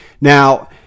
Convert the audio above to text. Now